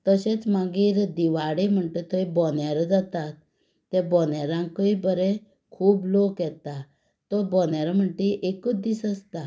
तशेंच मागीर दिवाडे म्हणटा थंय बोंदेरां जाता त्या बोंदेरांकूय बरे खूब लोक येता तो बोंदेरां म्हणटा ती एकूच दीस आसता